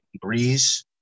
Breeze